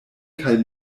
kaj